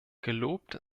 gelobt